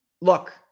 Look